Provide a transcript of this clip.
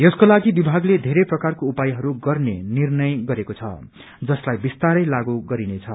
यसकोलागि विभागले बेरै प्रकारको उपायहरू गर्ने निर्णय गरेको छ जसलाई बिस्तारै लागू गरिनेछ